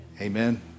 Amen